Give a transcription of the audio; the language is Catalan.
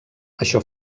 això